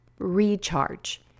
recharge